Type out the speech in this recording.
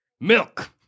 Milk